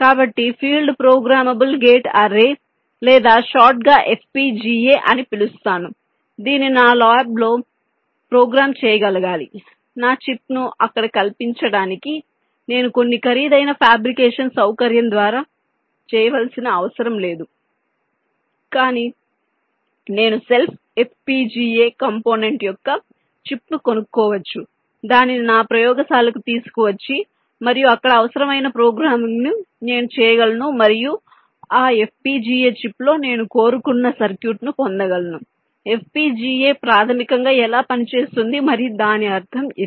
కాబట్టి field programmable gate array లేదా short గా FPGA అని పిలుస్తాను దీనిని నా ల్యాబ్లో ప్రోగ్రామ్ చేయగలగాలి నా చిప్ను అక్కడ కల్పించటానికి నేను కొన్ని ఖరీదైన ఫాబ్రికేషన్ సౌకర్యం ద్వారా చేయవలసిన అవసరం లేదు కానీ నేను సెల్ఫ్ FPGA కంపోనెంట్ యొక్క చిప్ ను కొనుక్కోవచ్చు దానిని నా ప్రయోగశాలకు తీసుకువచ్చి మరియు అక్కడ అవసరమైన ప్రోగ్రామింగ్ను నేను చేయగలను మరియు ఆ FPGA చిప్లో నేను కోరుకున్న సర్క్యూట్ను పొందగలను FPGA ప్రాథమికంగా ఎలా పనిచేస్తుంది మరియు దాని అర్థం ఇది